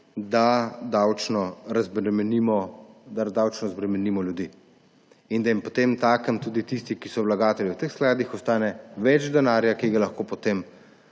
da davčno razbremenimo ljudi in da potemtakem tudi tistim, ki so vlagatelji v teh skladih, ostane več denarja, ki ga lahko potem